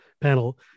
panel